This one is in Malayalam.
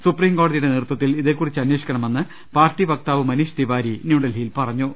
സുപ്രീം കോടതിയുടെ നേതൃത്വ ത്തിൽ ഇതേകുറിച്ച് അന്വേഷിക്കണമെന്ന് പാർട്ടി വക്താവ് മനീഷ് തിവാരി ന്യൂഡൽഹിയിൽ പറഞ്ഞു